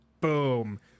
boom